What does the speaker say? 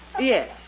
Yes